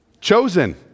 chosen